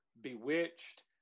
Bewitched